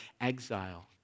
exile